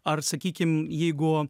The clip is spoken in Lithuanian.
ar sakykim jeigu